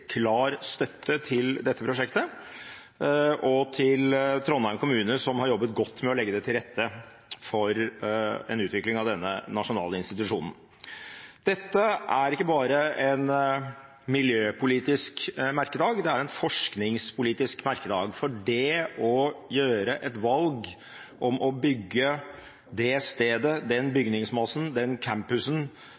klar støtte til dette prosjektet, og Trondheim kommune, som har jobbet godt med å legge til rette for en utvikling av denne nasjonale institusjonen. Dette er ikke bare en miljøpolitisk merkedag, det er en forskningspolitisk merkedag. For det å velge å gjøre det stedet, den